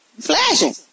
flashing